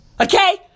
Okay